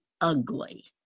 ugly